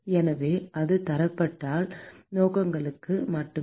எனவே அது தரப்படுத்தல் நோக்கங்களுக்காக மட்டுமே